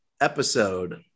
episode